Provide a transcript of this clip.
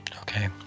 Okay